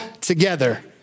together